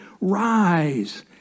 rise